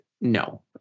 No